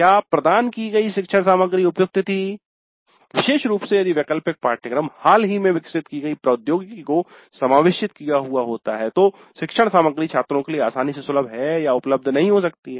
क्या प्रदान की गई शिक्षण सामग्री उपयुक्त थी विशेष रूप से यदि वैकल्पिक पाठ्यक्रम हाल ही में विकसित की गयी प्रौद्योगिकी को समावेशित किया हुआ है तो शिक्षण सामग्री छात्रों के लिए आसानी से सुलभ या उपलब्ध नहीं हो सकती है